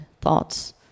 thoughts